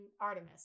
Artemis